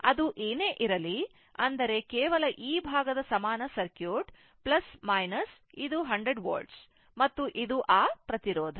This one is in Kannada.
ಅದು ಏನೇ ಇರಲಿ ಅಂದರೆ ಕೇವಲ ಈ ಭಾಗದ ಸಮಾನ ಸರ್ಕ್ಯೂಟ್ ಇದು 100 volt ಮತ್ತು ಇದು ಆ ಪ್ರತಿರೋಧ